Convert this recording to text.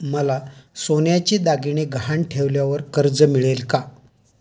मला सोन्याचे दागिने गहाण ठेवल्यावर कर्ज मिळेल का?